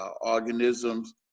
organisms